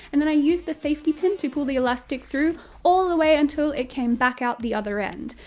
and then i used the safety pin to pull the elastic through all the way until it came back out the other end.